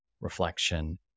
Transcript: reflection